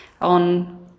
on